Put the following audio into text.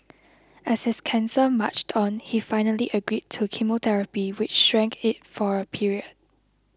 as his cancer marched on he finally agreed to chemotherapy which shrank it for a period